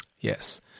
Yes